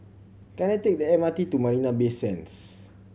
can I take the M R T to Marina Bay Sands